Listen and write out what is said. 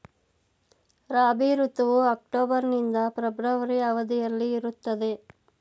ರಾಬಿ ಋತುವು ಅಕ್ಟೋಬರ್ ನಿಂದ ಫೆಬ್ರವರಿ ಅವಧಿಯಲ್ಲಿ ಇರುತ್ತದೆ